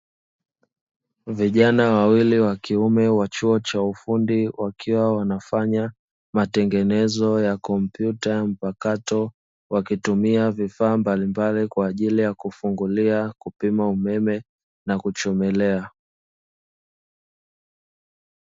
Vijana wawili wa kiume wa chuo cha ufundi wakiwa wanafanya matengenezo ya kompyuta mpakato, wakitumia vifaa mbalimbali kwa ajili ya: kufungulia, kupima umeme na kuchomelea.